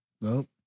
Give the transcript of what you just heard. Nope